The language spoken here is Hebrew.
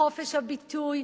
בחופש הביטוי,